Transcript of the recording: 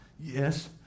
Yes